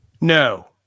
no